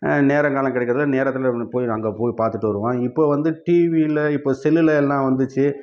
நேரம்காலம் கிடைக்கிறதுல நேரத்தில் போய் அங்கே போய் பார்த்துட்டு வருவோம் இப்போ வந்து டிவியில் இப்போ செல்லில் எல்லாம் வந்துடுச்சு